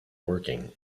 working